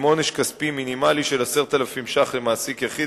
עם עונש כספי מינימלי של 10,000 ש"ח למעסיק יחיד